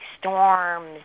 storms